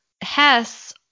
Hess